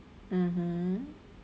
mmhmm